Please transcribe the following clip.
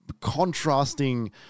contrasting